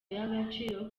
y’agaciro